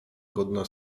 godna